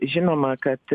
žinoma kad